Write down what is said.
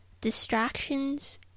Distractions